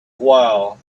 while